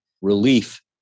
relief